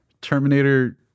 Terminator